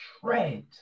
tread